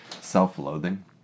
self-loathing